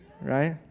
right